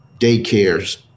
daycares